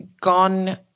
gone